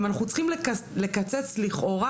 אם אנחנו צריכים לקצץ לכאורה